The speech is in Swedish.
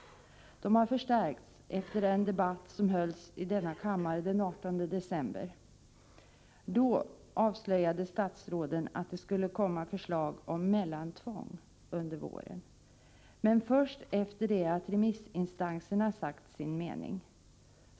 De har förstärkts efter den debatt som hölls i denna kammare den 18 december. Då avslöjade statsråden att det skulle komma förslag om mellantvång under våren, men först efter det att remissinstanserna sagt sin mening.